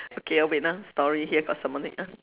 okay ah wait ah story here got someone wait ah